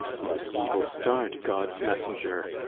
most evil-starred god's-messenger!